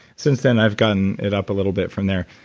since then, i've gunned it up a little bit from there,